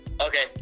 Okay